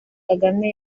kagame